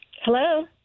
Hello